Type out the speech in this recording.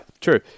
True